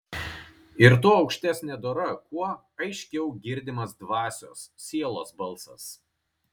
ir tuo aukštesnė dora kuo aiškiau girdimas dvasios sielos balsas